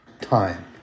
time